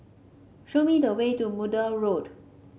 show me the way to Maude Road